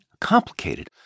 complicated